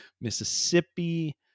Mississippi